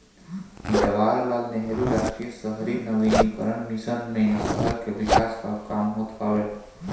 जवाहरलाल नेहरू राष्ट्रीय शहरी नवीनीकरण मिशन मे शहर के विकास कअ काम होत हवे